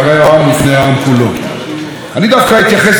אני דווקא אתייחס לדבריו המאלפים של ראש הממשלה,